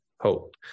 hope